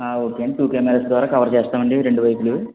ఒకే అండీ two cameras ద్వారా cover చేస్తాము అండి రెండూ వైపులు